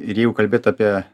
ir jeigu kalbėt apie